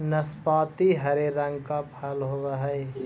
नाशपाती हरे रंग का फल होवअ हई